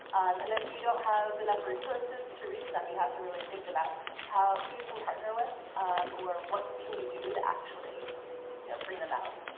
and if you don't have enough resources to reach them you have to really think about who you can partner with or what can you do to actually bring them out.